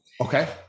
okay